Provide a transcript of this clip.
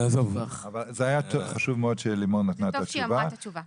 זה היה חשוב מאוד שלימור נתנה את התשובה,